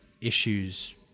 issues